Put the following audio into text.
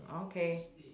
okay